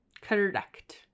Correct